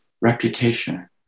reputation